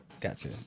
gotcha